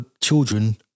children